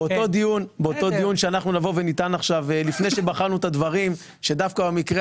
באותו דיון שאנחנו נבוא ונטען עכשיו לפני שבחנו את הדברים שדווקא במקרה